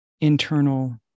internal